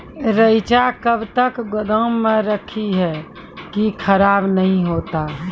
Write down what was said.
रईचा कब तक गोदाम मे रखी है की खराब नहीं होता?